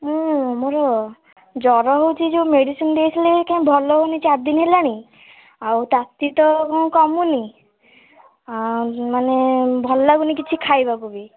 ମୁଁ ମୋର ଜ୍ୱର ହେଉଛି ଯେଉଁ ମେଡ଼ିସିନ୍ ଦେଇଥିଲେ କାଇଁ ଭଲ ହେଉନି ଚାରି ଦିନ ହେଲାଣି ଆଉ ତାତି ତ କମୁନି ଆଉ ମାନେ ଭଲ ଲାଗୁନି କିଛି ଖାଇବାକୁ ବି